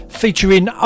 featuring